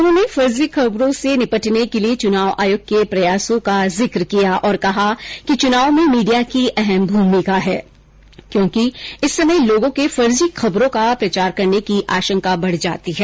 उन्होंने फर्जी खबरों से निपटने के लिए चुनाव आयोग के प्रयासों का जिक किया और कहा कि चुनाव में मीडिया की अहम भूमिका है क्योंकि इस समय लोगों के फर्जी खबरों का प्रचार करने की आशंका बढ जाती है